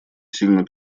сильно